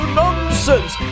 nonsense